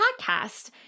podcast